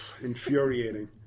Infuriating